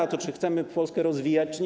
O to, czy chcemy Polskę rozwijać, czy nie.